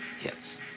hits